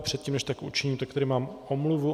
Předtím, než tak učiním, tady mám omluvu.